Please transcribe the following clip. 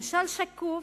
ממשל שקוף,